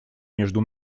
между